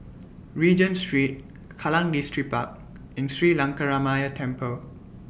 Regent Street Kallang Distripark and Sri Lankaramaya Temple